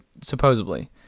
supposedly